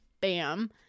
bam